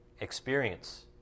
experience